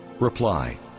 Reply